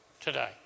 today